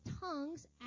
tongues